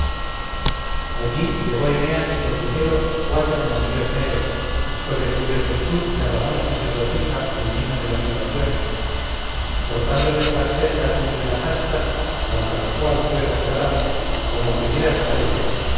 allí llevó eneas lo primero cuatro novillos negros sobre cuyo testuz derramó la sacerdotisa el vino de las libaciones y cortándoles las cerdas entre las astas las arrojó al fuego sagrado como primeras ofrendas